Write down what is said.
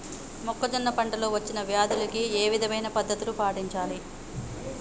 మొక్కజొన్న పంట లో వచ్చిన వ్యాధులకి ఏ విధమైన పద్ధతులు పాటించాలి?